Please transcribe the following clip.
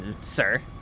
sir